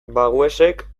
baguesek